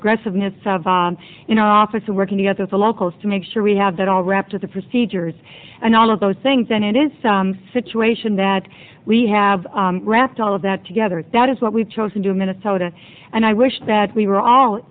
aggressiveness of you know office working together with the locals to make sure we have that all wrapped up the procedures and all of those things and it is some situation that we have wrapped all of that together that is what we've chosen to minnesota and i wish that we were all